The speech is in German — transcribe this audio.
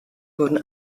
wurden